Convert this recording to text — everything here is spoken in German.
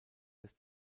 des